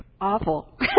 Awful